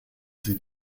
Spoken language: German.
sie